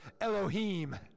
Elohim